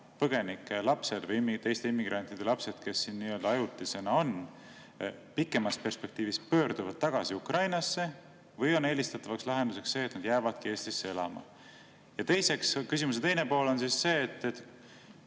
põgenike lapsed või teiste immigrantide lapsed, kes siin ajutisena on, pikemas perspektiivis pöörduvad tagasi Ukrainasse? Või on eelistatav lahendus see, et nad jäävadki Eestisse elama? Ja teiseks, kas see, kui me õpetame